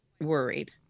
worried